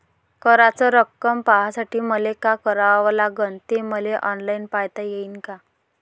कराच रक्कम पाहासाठी मले का करावं लागन, ते मले ऑनलाईन पायता येईन का?